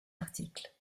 article